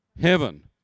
heaven